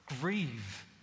grieve